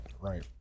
Right